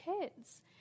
kids